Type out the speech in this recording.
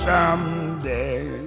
Someday